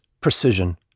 precision